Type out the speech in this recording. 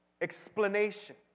explanation